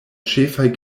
ĉefaj